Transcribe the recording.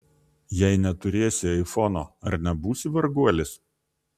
jei neturėsi aifono ar nebūsi varguolis